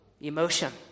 emotion